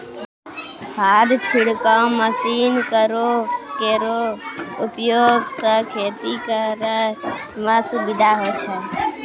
खाद छिड़काव मसीन केरो उपयोग सँ खेती करै म सुबिधा होय छै